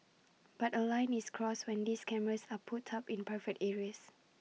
but A line is crossed when these cameras are put up in private areas